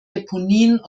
deponien